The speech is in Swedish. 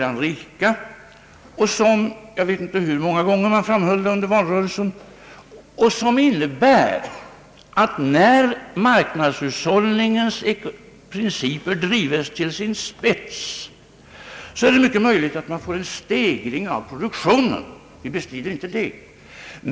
Dylika motsättningar och spänningar innebär — jag vet inte hur många gånger det framhölls under valrörelsen — att när marknadshushållningens principer drivs till sin spets är det mycket troligt att man får en stegring av produktionen. Vi bestrider inte detta.